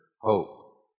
hope